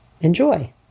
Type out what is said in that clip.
Enjoy